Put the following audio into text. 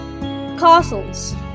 castles